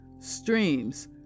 streams